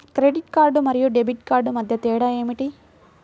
Credit card మరియు debit card మధ్య తేడా ఏమిటి?